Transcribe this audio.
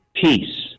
peace